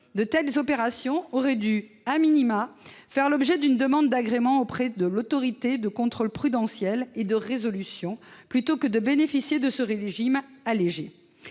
De telles opérations auraient dû faire l'objet d'une demande d'agrément auprès de l'Autorité de contrôle prudentiel et de résolution, plutôt que de bénéficier de ce régime allégé.